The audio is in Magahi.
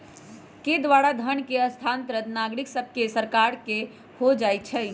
के द्वारा धन के स्थानांतरण नागरिक सभसे सरकार के हो जाइ छइ